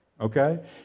okay